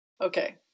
Okay